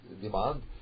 demand